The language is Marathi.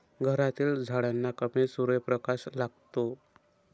घरातील झाडांना कमी सूर्यप्रकाश लागतो